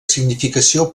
significació